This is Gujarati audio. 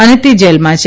અને તે જેલમાં છે